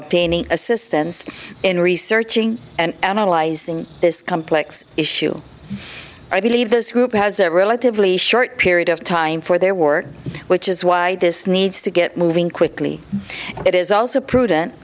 obtaining assistance in researching and analyzing this complex issue i believe this group has a relatively short period of time for their work which is why this needs to get moving quickly it is also prudent